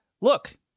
Look